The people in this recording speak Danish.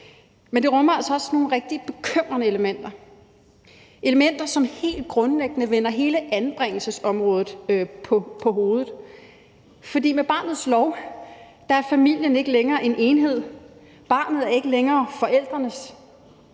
Men det rummer altså også nogle rigtig bekymrende elementer – elementer, som helt grundlæggende vender hele anbringelsesområdet på hovedet. For med barnets lov er familien ikke længere en enhed. Barnet er ikke længere forældrenes,